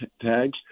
tags